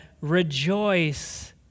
rejoice